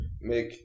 make